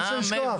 איך אפשר לשכוח?